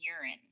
urine